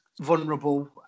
vulnerable